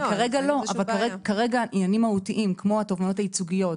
אבל כרגע עניינים מהותיים כמו התובענות הייצוגיות,